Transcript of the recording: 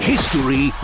History